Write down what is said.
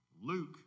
Luke